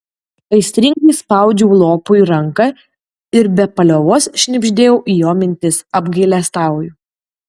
aistringai spaudžiau lopui ranką ir be paliovos šnibždėjau į jo mintis apgailestauju